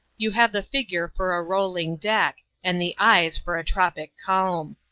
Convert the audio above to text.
you have the figure for a rolling deck, and the eyes for a tropic calm.